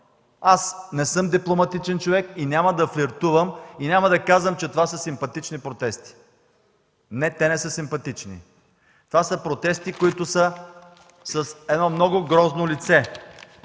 Аз не съм дипломатичен човек и няма да флиртувам и няма да казвам, че това са „симпатични протести“. Не, те не са симпатични. Това са протести с много грозно лице.